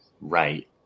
right